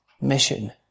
mission